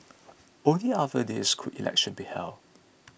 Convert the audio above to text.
only after this could elections be held